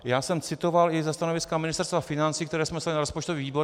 Já jsem citoval i ze stanoviska Ministerstva financí, které jsme dostali na rozpočtový výbor.